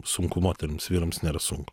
sunku moterims vyrams nėra sunku